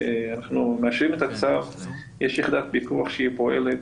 אנחנו מאשרים את הצו, ויש יחידת פיקוח שפועלת.